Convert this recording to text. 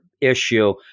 issue